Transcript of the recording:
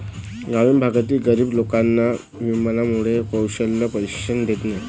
ग्रामीण भागातील गरीब लोकांना विनामूल्य कौशल्य प्रशिक्षण देणे